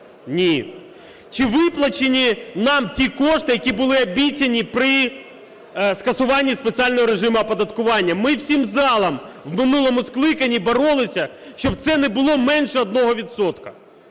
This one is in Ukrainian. Ні. Чи виплачені нам ті кошти, які були обіцяні при скасуванні спеціального режиму оподаткування? Ми всім залом в минулому скликанні боролися, щоб це не було менше